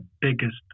biggest